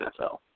NFL